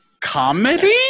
comedy